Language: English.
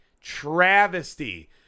Travesty